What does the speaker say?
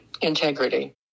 integrity